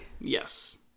Yes